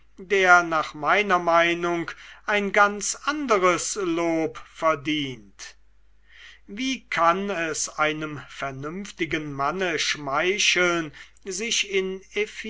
der nach meiner meinung ein ganz anderes lob verdient wie kann es einem vernünftigen manne schmeicheln sich in